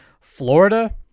Florida